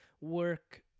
work